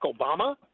Obama